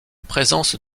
présence